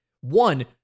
one